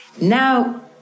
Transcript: now